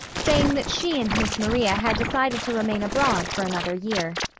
saying that she and miss maria had decided to remain abroad for another year.